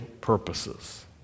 purposes